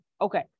Okay